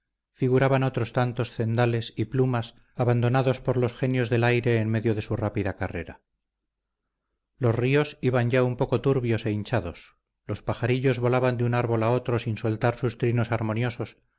figuraban otros tantos cendales y plumas abandonados por los genios del aire en medio de su rápida carrera los ríos iban ya un poco turbios e hinchados los pajarillos volaban de un árbol a otro sin soltar sus trinos armoniosos